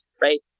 right